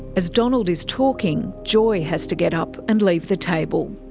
as donald is talking, joy has to get up and leave the table.